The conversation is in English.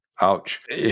Ouch